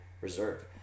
reserve